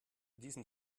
diesem